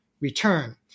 return